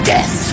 Death